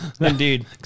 Indeed